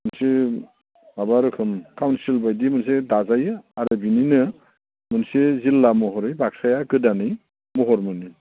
मोनसे माबा रोखोम काउनसिल बादि मोनसे दाजायो आरो बिनिनो मोनसे जिल्ला महरै बाक्साया गोदानै महर मोनो